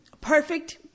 perfect